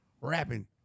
rapping